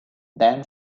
than